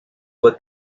were